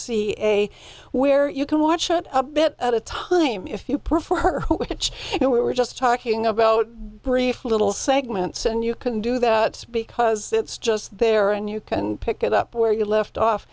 ca where you can watch it a bit at a time if you prefer which you were just talking about brief little segments and you can do that because it's just there and you can pick it up where you left